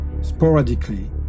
sporadically